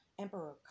Emperor